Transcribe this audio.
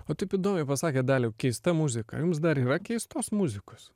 o taip įdomiai pasakėt daliau keista muzika o jums dar yra keistos muzikos